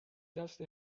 دست